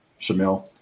Shamil